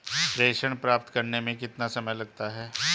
प्रेषण प्राप्त करने में कितना समय लगता है?